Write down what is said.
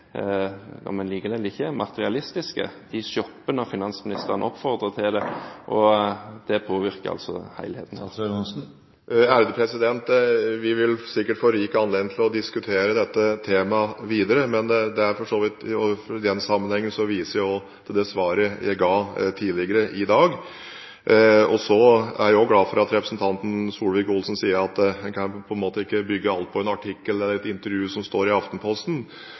det eller ikke – materialistiske. De shopper når finansministeren oppfordrer til det, og det påvirker helheten. Vi vil sikkert få rik anledning til å diskutere dette temaet videre. I den sammenhengen viser jeg også til svaret jeg ga tidligere i dag. Så er jeg glad for at representanten Solvik-Olsen sier at en ikke kan bygge alt på en artikkel eller et intervju som står i Aftenposten,